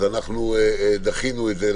אז אנחנו דחינו את זה.